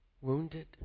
wounded